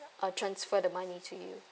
uh transfer the money to you